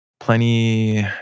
Plenty